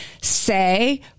say